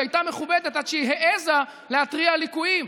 היא הייתה מכובדת עד שהיא העיזה להתריע על ליקויים,